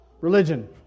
religion